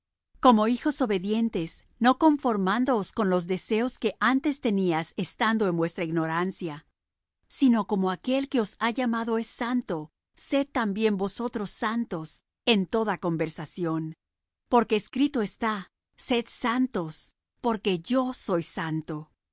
como hijos obedientes no conformándoos con los deseos que antes teníais estando en vuestra ignorancia sino como aquel que os ha llamado es santo sed también vosotros santos en toda conversación porque escrito está sed santos porque yo soy santo